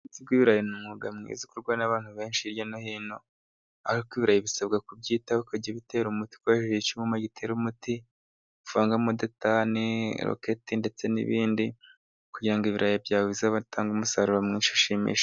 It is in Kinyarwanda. Ubuhinzi bw'ibirarana ni umwuga mwiza ukorwa n'abantu benshi hirya no hino. Ariko ibirayi bisabwa kubyitaho ukajya ibitera umuti ukoresheje icyuma gitera umuti uvangamo: detane, roketi ndetse n'ibindi, kugirango ibirayi byawe bizatange umusaruro mwinshi ushimishije.